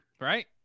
right